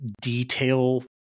detail